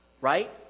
Right